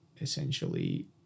essentially